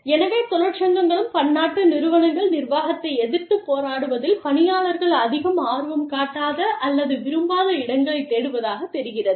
எனவே தொழிற்சங்கங்களும் பன்னாட்டு நிறுவனங்கள் நிர்வாகத்தை எதிர்த்துப் போராடுவதில் பணியாளர்கள் அதிகம் ஆர்வம் காட்டாத அல்லது விரும்பாத இடங்களைத் தேடுவதாகத் தெரிகிறது